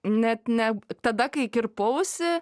net ne tada kai kirpausi